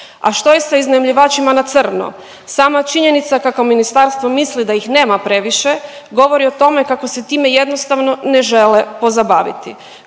A što je sa iznajmljivačima na crno? Sama činjenica kako ministarstvo misli da ih nema previše govori o tome kako se time jednostavno ne žele pozabaviti.